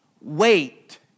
Wait